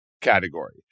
category